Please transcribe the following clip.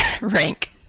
rank